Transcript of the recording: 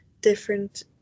different